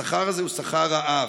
השכר הזה הוא שכר רעב.